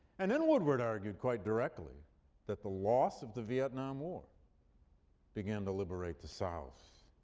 and then woodward argued quite directly that the loss of the vietnam war began to liberate the south,